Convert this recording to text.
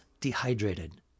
dehydrated